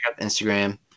Instagram